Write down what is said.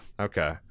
Okay